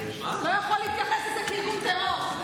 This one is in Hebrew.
לא יכול להתייחס לזה כארגון טרור.